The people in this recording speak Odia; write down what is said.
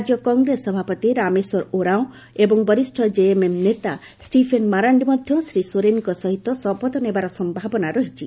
ରାଜ୍ୟ କଂଗ୍ରେସ ସଭାପତି ରାମେଶ୍ୱର ଓରାଓଁ ଏବଂ ବରିଷ୍ଣ ଜେଏମ୍ଏମ୍ ନେତା ଷ୍ଟିଫେନ୍ ମାରାଣ୍ଡି ମଧ୍ୟ ଶ୍ରୀ ସୋରେନ୍ଙ୍କ ସହିତ ଶପଥ ନେବାର ସମ୍ଭାବନା ରହିଛି